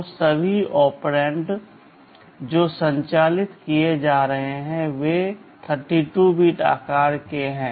तो सभी ऑपरेंड जो संचालित किए जा रहे हैं वे 32 बिट आकार के हैं